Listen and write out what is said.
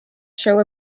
show